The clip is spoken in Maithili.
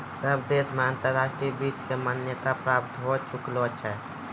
सब देश मे अंतर्राष्ट्रीय वित्त के मान्यता प्राप्त होए चुकलो छै